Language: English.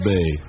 Bay